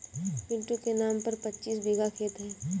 पिंटू के नाम पर पच्चीस बीघा खेत है